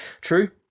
True